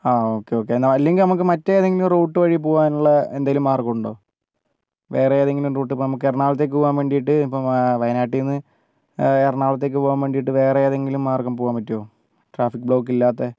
ആ okay okay എന്നാൽ അല്ലെങ്കിൽ നമുക്ക് മറ്റേതെങ്കിലും റൂട്ട് വഴി പോകാൻ ഉള്ള എന്തെങ്കിലും മാർഗ്ഗം ഉണ്ടോ വേറെ ഏതെങ്കിലും റൂട്ട് നമുക്ക് ഇപ്പോൾ എറണാകുളത്തേക്ക് പോകാൻ വേണ്ടിയിട്ട് ഇപ്പം വയനാട്ടിൽ നിന്ന് എറണാകുളത്തേക്ക് പോകാൻ വേണ്ടിയിട്ട് വേറെ ഏതെങ്കിലും മാർഗ്ഗം പോകാൻ പറ്റുമോ ട്രാഫിക് ബ്ലോക്ക് ഇല്ലാത്തത്